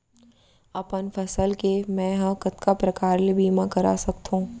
अपन फसल के मै ह कतका प्रकार ले बीमा करा सकथो?